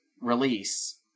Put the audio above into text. release